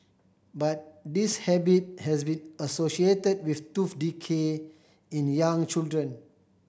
but this habit has been associated with tooth decay in young children